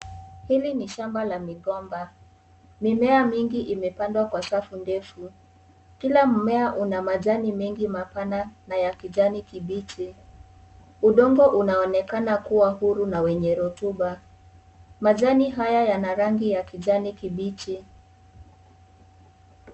Hili ni shamba la migomba, mimea mingi imepandwa kwa safu ndefu kila mmea una majani mengi mapana na ya kijani kibichi, udongo unaonekana kuwa huru na wenye rotuba, majani haya yana rangi ya kijani kibichi.